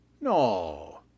No